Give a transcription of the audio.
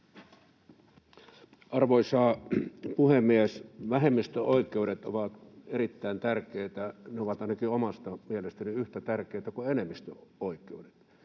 Arvoisa puhemies! Vähemmistön oikeudet ovat erittäin tärkeitä. Ne ovat ainakin omasta mielestäni yhtä tärkeitä kuin enemmistön oikeudet.